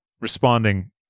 responding